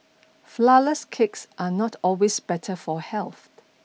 flourless cakes are not always better for health